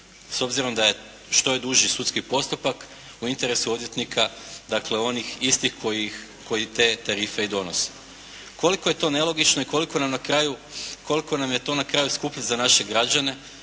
S obzirom da što je duži sudski postupak u interesu je odvjetnika dakle onih istih koji te tarife i donose. Koliko je to nelogično i koliko nam je to na kraju skuplje za naše građane